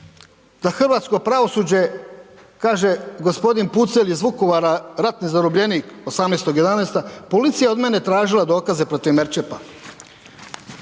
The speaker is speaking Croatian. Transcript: da hrvatsko pravosuđe kaže, g. Pucelj iz Vukovara, ratni zarobljenik 18.11., policija je od mene tražila dokaze protiv Merčepa.